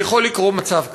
יכול לקרות מצב כזה.